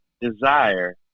desire